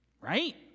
Right